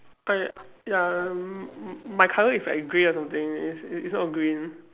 but ya m~ m~ my colour is like grey or something it's it's not green